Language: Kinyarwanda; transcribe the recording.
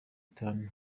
itanu